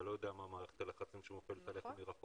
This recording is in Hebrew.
אתה לא יודע מה מערכת הלחצים שמופעלת עליך מרחוק.